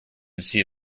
see